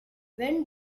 when